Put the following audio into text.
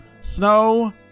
snow